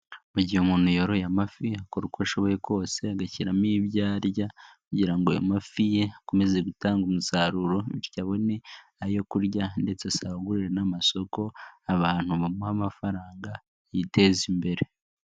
Mu gihe umuntu yoroye amafi akora uko ashoboye kose agashyiramo ibyo arya kugira ngo amafi ye akomeze gutanga umusaruro, bityo abone ayo kurya ndetse asagurire n'amasoko abantu bamuha amafaranga yiteza imbere.